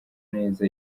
neza